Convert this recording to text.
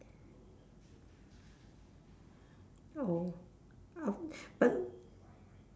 oh but